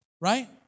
right